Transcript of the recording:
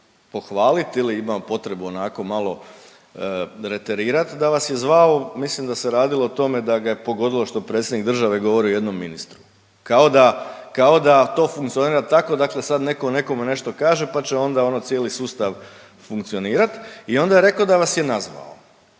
potrebu pohvaliti ili imao potrebu onako malo reterirat da vas je zvao, mislim da se radilo o tome da ga je pogodilo što predsjednik države govori o jednom ministru kao da, kao da to funkcionira tako dakle sad neko nekome kaže pa će onda ono cijeli sustav funkcionirat i onda je rekao da vas je nazvao.